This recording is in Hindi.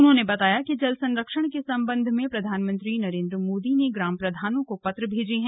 उन्होंने बताया कि जल संरक्षण के संबंध में प्रधानमंत्री नरेन्द्र मोदी ने ग्राम प्रधानों को पत्र भेजे हैं